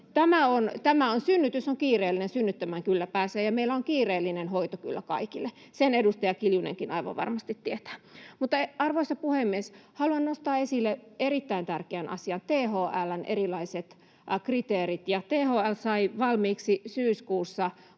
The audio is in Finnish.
— Synnytys on kiireellinen, synnyttämään kyllä pääsee, ja meillä on kiireellinen hoito kyllä kaikille. Sen edustaja Kiljunenkin aivan varmasti tietää. Arvoisa puhemies! Haluan nostaa esille erittäin tärkeän asian, THL:n erilaiset kriteerit. THL sai valmiiksi syyskuussa